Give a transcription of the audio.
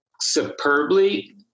superbly